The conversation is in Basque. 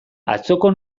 atzoko